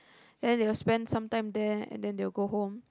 then they will spend some time there and then they will go home